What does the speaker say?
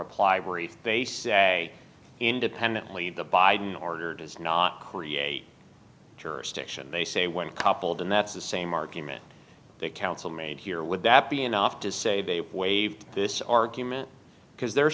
reply brief they say independently of the biden order does not create jurisdiction they say when coupled and that's the same argument that counsel made here would that be enough to say they waive this argument because they're